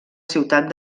ciutat